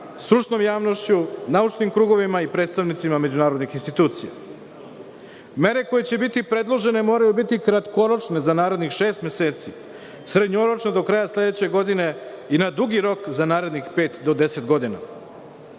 stručnom javnošću, naučnim krugovima i predstavnicima međunarodnih institucija. Mere koje će biti predložene moraju biti kratkoročne, za narednih šest meseci, srednjoročne do kraja iduće godine, i na dugi rok za narednih pet do 10 godina. Veoma